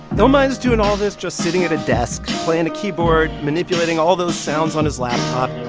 illmind's doing all this just sitting at a desk, playing a keyboard, manipulating all those sounds on his laptop